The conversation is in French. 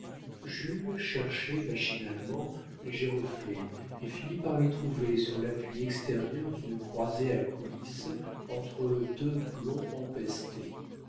jules cherchait machinalement les géroflées et finit par les trouver sur l'appui extérieur d'une croisée à coulisse entre deux plombs empestés